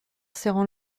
serrant